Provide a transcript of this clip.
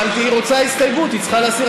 אבל היא רוצה הסתייגות, היא צריכה להסיר.